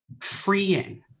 freeing